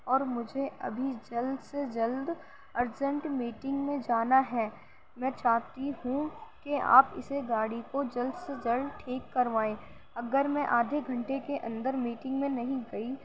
اور مجھے ابھی جلد سے جلد ارجینٹ میٹنگ میں جانا ہے میں چاہتی ہوں کہ آپ اسے گاڑی کو جلد سے جلد ٹھیک کروائیں اگر میں آدھے گھنٹے کے اندر میٹںگ میں نہیں گئی